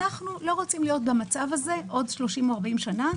אנחנו לא רוצים להיות במצב הזה עוד 30 או 40 שנים,